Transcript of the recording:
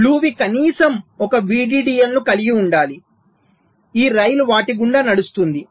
బ్లూవి కనీసం ఒక VDDL ను కలిగి ఉండాలి ఈ రైలు వాటి గుండా నడుస్తుంది